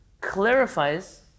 clarifies